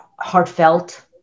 heartfelt